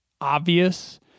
obvious